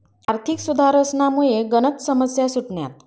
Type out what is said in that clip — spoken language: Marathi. आर्थिक सुधारसनामुये गनच समस्या सुटण्यात